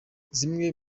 zimwe